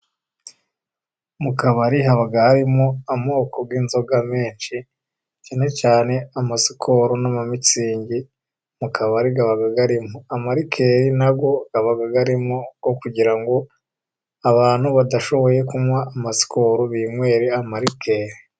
Mu kabari haba harimo amoko y'inzoga menshi, cyane cyane amasikoro n'amamitsingi mu kabari aba arimo, amarikeri nayo aba arimo kugira ngo abantu badashoboye kunywa amasikoro binywere amarikeri.